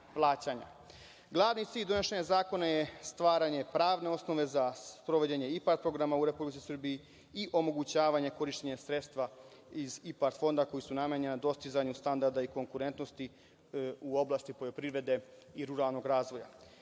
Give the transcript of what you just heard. Glavni cilj donošenja zakona je stvaranje pravne osnove za sprovođenje IPAR programa u Republici Srbiji i omogućavanje korišćenja sredstva iz IPAR fonda koja su namenjena dostizanju standarda i konkurentnosti u oblasti poljoprivrede i ruralnog razvoja. Izmene